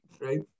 right